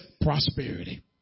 prosperity